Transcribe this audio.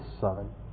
Son